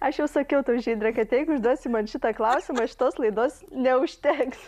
aš jau sakiau tau žydre kad jeigu užduosi man šitą klausimą šitos laidos neužteks